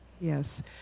yes